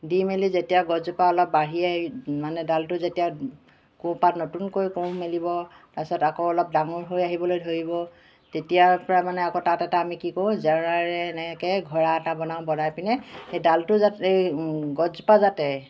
দি মেলি যেতিয়া গছজোপা অলপ বাঢ়ি আহি মানে ডালটো যেতিয়া কোঁহপাত নতুনকৈ কোঁহ মেলিব তাৰপিছত আকৌ অলপ ডাঙৰ হৈ আহিবলৈ ধৰিব তেতিয়াৰ পৰাই মানে আকৌ তাত এটা আমি কি কৰোঁ জাৰাৰে এনেকৈ ঘৰা এটা বনাওঁ বনাই পিনে সেই ডালটো এই যাতে সেই গছজোপা যাতে